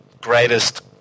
greatest